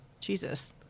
Jesus